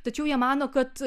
tačiau jie mano kad